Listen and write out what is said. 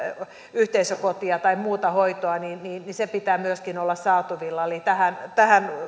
yhteisökotia tai muuta hoitoa sen pitää myöskin olla saatavilla eli tähän